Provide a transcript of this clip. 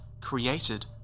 created